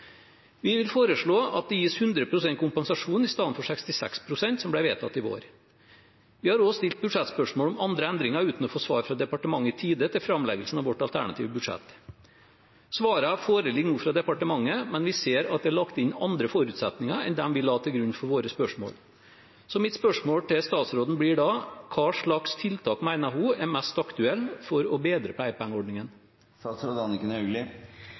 Vi vil foreslå at det gis 100 pst. kompensasjon i stedet for 66 pst., som ble vedtatt i vår. Vi har også stilt budsjettspørsmål om andre endringer, uten å få svar fra departementet i tide til framleggelsen av vårt alternative budsjett. Svarene foreligger nå fra departementet, men vi ser at det er lagt inn andre forutsetninger enn dem vi la til grunn for våre spørsmål. Så mitt spørsmål til statsråden blir da: Hva slags tiltak mener hun er mest aktuelle for å bedre